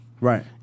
Right